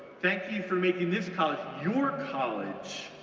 thank you for making this college, your college,